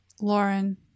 lauren